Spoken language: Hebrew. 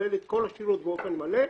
מקבלי את כל הפניות באופן מלא.